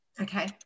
Okay